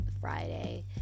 Friday